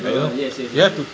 ah yes yes yes